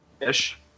Ish